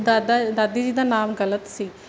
ਦਾਦੀ ਜੀ ਦਾ ਨਾਮ ਗਲਤ ਸੀ